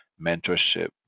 mentorship